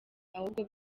ahubwo